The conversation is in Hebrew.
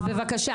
אז בבקשה.